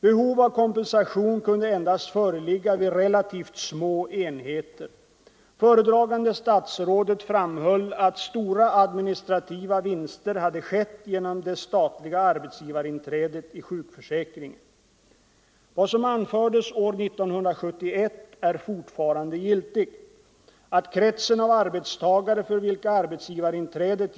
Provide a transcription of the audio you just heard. Behov av kompensation kunde endast föreligga vid relativt små enheter. Föredragande statsrådet framhöll att stora administrativa vinster hade skett genom det statliga — Nr 131 ändrar inte detta förhållande.